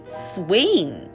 swing